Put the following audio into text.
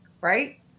right